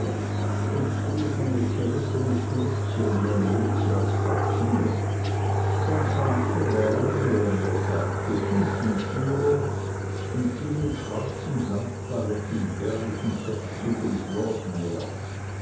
und trug eine zerrissene schürze und eine mütze aus papier sein vater war wie er mir sagte schutenführer und ging mit schwarzem samtbarett im jährlichen festzuge des